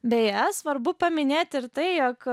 beje svarbu paminėti ir tai jog